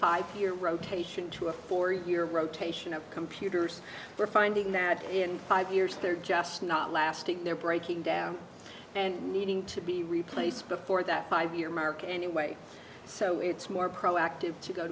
pipe here rotation to a forty year rotation of computers we're finding that in five years they're just not lasting they're breaking down and needing to be replaced before that five year mark anyway so it's more proactive to go